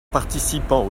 participant